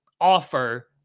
offer